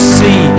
see